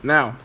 Now